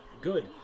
good